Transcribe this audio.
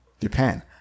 Japan